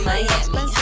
Miami